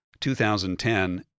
2010